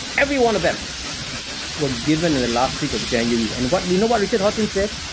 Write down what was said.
every one of them were given in the last week of january and what, do you know about richard horton said?